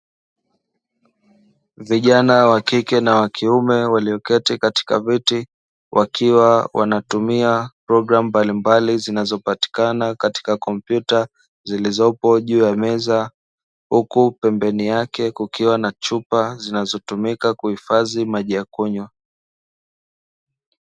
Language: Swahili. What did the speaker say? Vijana wa kike na wa kiume walioketi katika viti, wakiwa wanatumia programu mbalimbali zinazopatikana katika kompyuta zilizopo juu ya meza, huku pembeni yake kukiwa na chupa zinazotumika kuhifadhi maji ya kunywa.